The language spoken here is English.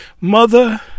Mother